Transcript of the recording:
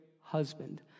husband